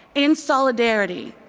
in solidarity,